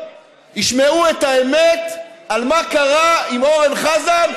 ישמעו את האמת על מה קרה עם אורן חזן,